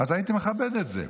אז הייתי מכבד את זה.